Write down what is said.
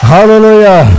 Hallelujah